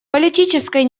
политической